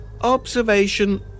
Observation